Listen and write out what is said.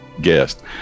Guest